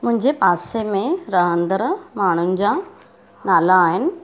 मुंहिंजे पासे में रहंदड़ माण्हुनि जा नाला आहिनि